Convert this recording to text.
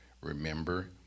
Remember